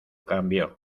cambio